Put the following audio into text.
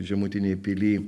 žemutinėj pily